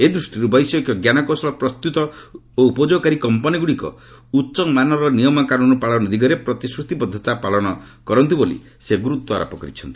ଏ ଦୃଷ୍ଟିରୁ ବୈଷୟିକ ଜ୍ଞାନକୌଶଳ ପ୍ରସ୍ତୁତ ଉପଯୋଗକାରୀ କମ୍ପାନୀଗୁଡ଼ିକ ଉଚ୍ଚମାନର ନିୟମ କାନୁନ୍ ପାଳନ ଦିଗରେ ପ୍ରତିଶ୍ରତିବଦ୍ଧତା ପାଳନ ବିଷୟ ପ୍ରତି ସେ ଗୁରୁତ୍ୱ ଆରୋପ କରିଛନ୍ତି